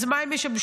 אז מה הם ישבשו?